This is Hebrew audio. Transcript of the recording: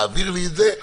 תעביר לי את זה,